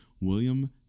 William